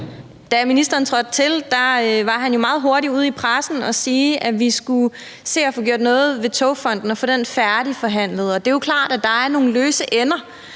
Da ministeren trådte til, var han jo meget hurtigt ude i pressen at sige, at vi skulle se at få gjort noget ved Togfonden DK og få den færdigforhandlet. Det er jo klart, at der er nogle løse ender